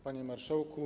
Panie Marszałku!